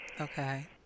Okay